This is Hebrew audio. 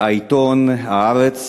העיתון "הארץ",